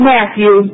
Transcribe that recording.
Matthew